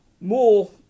More